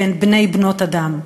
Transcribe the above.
בין בני/בנות אדם.